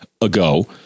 ago